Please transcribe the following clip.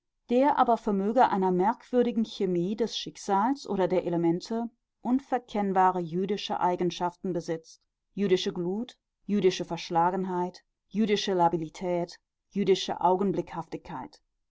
der aber vermöge einer merkwürdigen chemie des schicksals oder der elemente unverkennbare jüdische eigenschaften besitzt jüdische glut jüdische verschlagenheit jüdische labilität jüdische